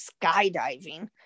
skydiving